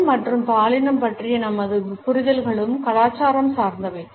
இனம் மற்றும் பாலினம் பற்றிய நமது புரிதல்களும் கலாச்சாரம் சார்ந்தவை